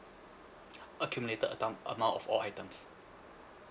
accumulated am~ amount of all items